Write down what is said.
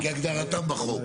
כהגדרתם בחוק.